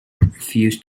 refused